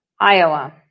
Iowa